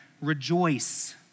rejoice